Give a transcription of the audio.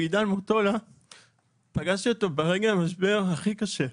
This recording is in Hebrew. פגשתי את עידן מוטולה ברגע משבר הכי קשה.